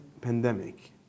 pandemic